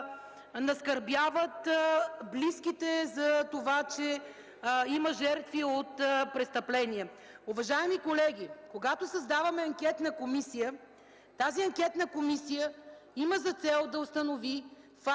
наскърбяват близките за това, че има жертви от престъпление. Уважаеми колеги, когато създаваме анкетна комисия тя има за цел да установи фактите,